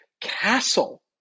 castle